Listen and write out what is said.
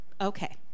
Okay